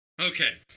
Okay